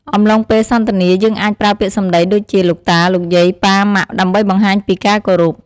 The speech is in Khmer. អំឡុងពេលសន្ទនាយើងអាចប្រើពាក្យសំដីដូចជា លោកតា លោកយាយ ប៉ា ម៉ាក់ ដើម្បីបង្ហាញពីការគោរព។